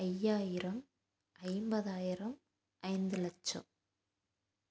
ஐயாயிரம் ஐம்பதாயிரம் ஐந்து லட்சம்